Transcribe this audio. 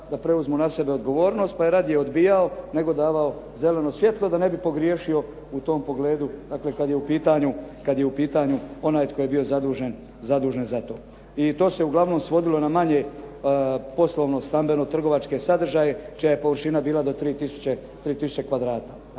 da preuzmu na sebe odgovornost, pa je radije odbijao nego davao zeleno svjetlo da ne bi pogriješio u tom pogledu, dakle kada je u pitanju onaj tko je bio zadužen za to. I to se uglavnom svodilo na manje poslovno stambeno trgovačke sadržaje čija je površina bila do 3 tisuće kvadrata.